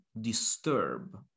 disturb